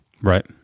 Right